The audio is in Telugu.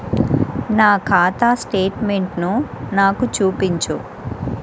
నా ఖాతా స్టేట్మెంట్ను నాకు చూపించు